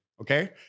okay